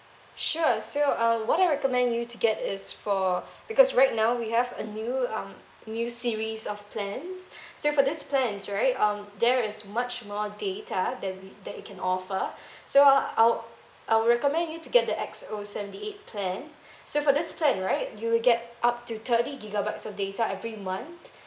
sure so um what I recommend you to get is for because right now we have a new um new series of plans so for these plans right um there is much more data that we that we can offer so I'll I'll recommend you to get the X O seventy eight plan so for this plan right you'll get up to thirty gigabytes of data every month